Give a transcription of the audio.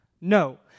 No